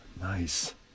Nice